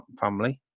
family